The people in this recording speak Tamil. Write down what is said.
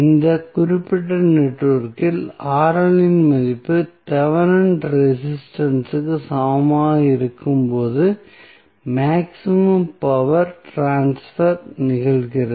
இந்த குறிப்பிட்ட நெட்வொர்க்கில் இன் மதிப்பு தெவெனின் ரெசிஸ்டன்ஸ் இற்கு சமமாக இருக்கும்போது மேக்ஸிமம் பவர் ட்ரான்ஸ்பர் நிகழ்கிறது